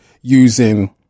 using